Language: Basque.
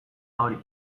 hori